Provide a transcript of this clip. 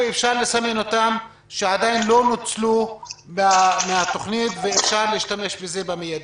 שאפשר לסמן אותם שעדיין לא נוצלו מהתוכנית ואפשר להשתמש בהם במיידי?